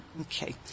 Okay